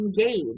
Engage